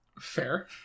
Fair